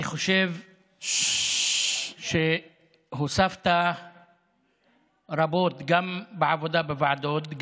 אני חושב שהוספת רבות גם בעבודה בוועדות,